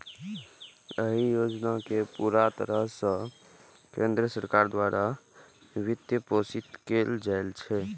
एहि योजना कें पूरा तरह सं केंद्र सरकार द्वारा वित्तपोषित कैल जाइ छै